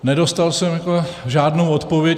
Nedostal jsem žádnou odpověď.